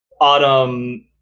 Autumn